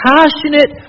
passionate